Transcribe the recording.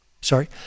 sorry